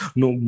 no